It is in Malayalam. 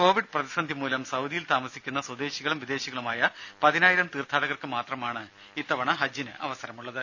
കൊവിഡ് പ്രതിസന്ധി മൂലം സഊദിയിൽ താമസിക്കുന്ന സ്വദേശികളും വിദേശികളുമായ പതിനായിരം തീർഥാടകർക്ക് മാത്രമാണ് ഇത്തവണ ഹജ്ജിന് അവസരമുള്ളത്